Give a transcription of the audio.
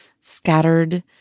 scattered